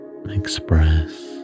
express